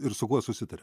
ir su kuo susitaria